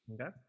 okay